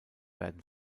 werden